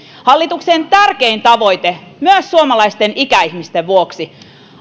hallituksen tärkein tavoite myös suomalaisten ikäihmisten vuoksi